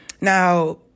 now